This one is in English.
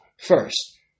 first